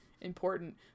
important